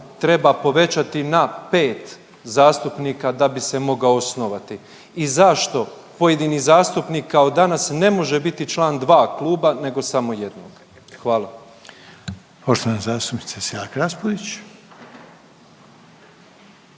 treba povećati na 5 zastupnika da bi se mogao osnovati i zašto pojedini zastupnik kao danas ne može biti član 2 kluba nego samo jednoga? Hvala.